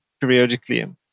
periodically